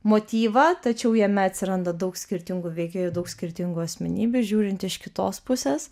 motyvą tačiau jame atsiranda daug skirtingų veikėjų daug skirtingų asmenybių žiūrint iš kitos pusės